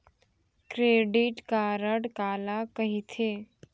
Credit card काला कहिथे?